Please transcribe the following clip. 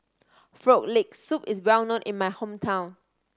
Frog Leg Soup is well known in my hometown